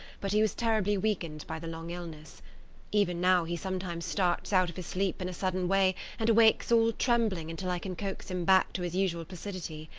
but he was terribly weakened by the long illness even now he sometimes starts out of his sleep in a sudden way and awakes all trembling until i can coax him back to his usual placidity.